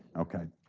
okay.